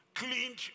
cleaned